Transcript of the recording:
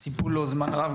ציפו לו זמן רב,